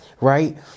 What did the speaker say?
Right